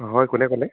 হয় কোনে ক'লে